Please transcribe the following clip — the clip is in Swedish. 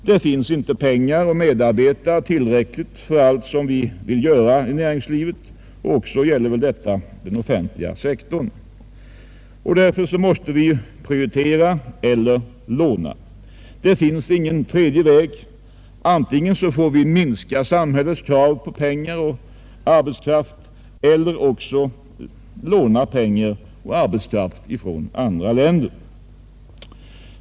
Det finns inte pengar och medarbetare i tillräcklig utsträckning för allt som vi vill göra inom näringslivet, och detta gäller också den offentliga sektorn. Därför måste vi prioritera eller låna — det finns ingen tredje väg. Antingen får vi minska samhällets krav på pengar och arbetskraft eller också låna pengar och arbetskraft från andra länder.